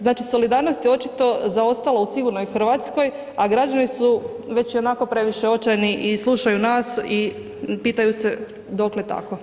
Znači solidarnost je očito zaostala u sigurnoj Hrvatskoj, a građani su već ionako previše očajni i slušaju nas i pitaju se dokle tako.